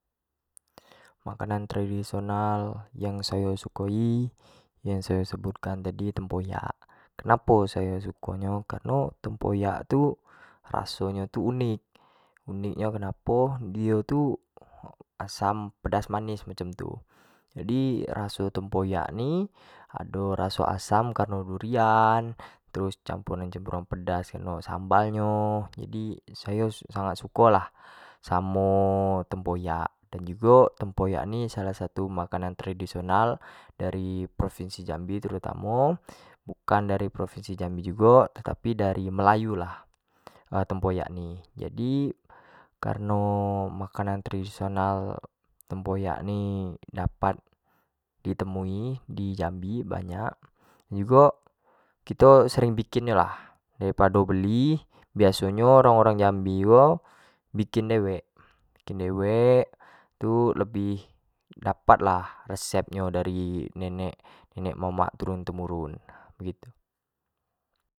Makanan tradisional yang ayo sukoi yang sayo sebutkan tadi tempoyak, kenapo sayo uko nyo, kareno tempoyak tu raso nyo tu unik, unik nyo kenapo dio tu asam, pedas, manis raso nyo macam tu, jadi raso tempoyak ni, ado raso asam kareno durian, campuranjugo pedas kareno sambal nyo, jadi sayo sangat suko lah samo tempoyak, dan jugo tempotyak ni, salah satu makanan tradisional ari provinsi jambi terutamo, bukan dari provinsi jambi jigo, tapi dari melayu lah tempoyak ni, jadi kareno makanan tradisional tempoyak ni dapat di temui di jambi banyak, jugo kito sering bikin lah dari pado beli biaso nyo orang-orang jambi ko bukin dewek, bikin dewek tu lebih dapat lah rsep nyo dari nenek, nenek mamak turun temurun nah begitu.